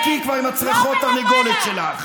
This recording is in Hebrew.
את, תשתקי כבר עם הצרחות תרנגולת שלך.